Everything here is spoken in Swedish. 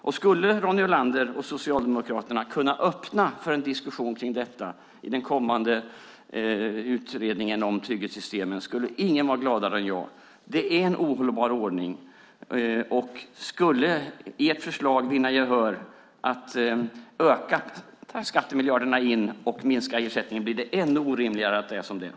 Om Ronny Olander och Socialdemokraterna kunde öppna för en diskussion kring detta i den kommande utredningen om trygghetssystemen skulle ingen vara gladare än jag. Det är en ohållbar ordning, och skulle ert förslag om att öka skattemiljarderna in och minska ersättningen vinna gehör blir det ännu orimligare att det är som det är.